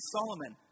Solomon